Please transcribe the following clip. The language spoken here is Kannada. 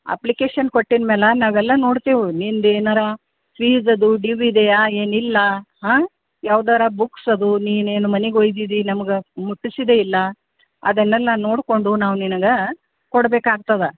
ಅಪ್ಲಿಕೇಶನ್ ಕೊಟ್ಟಿದ ಮೇಲಾ ನಾವೆಲ್ಲ ನೋಡ್ತೀವು ನಿಂದೇನಾರ ಫೀಸದು ಡ್ಯೂ ಇದೆಯಾ ಏನಿಲ್ಲ ಹಾಂ ಯಾವುದರ ಬುಕ್ಸ್ ಅದು ನೀನೇನು ಮನಿಗೆ ಒಯ್ದಿದಿ ನಮ್ಗೆ ಮುಟ್ಟಿಸಿದೇ ಇಲ್ಲ ಅದನ್ನೆಲ್ಲ ನೋಡಿಕೊಂಡು ನಾವು ನಿನ್ಗ ಕೊಡಬೇಕಾಗ್ತದ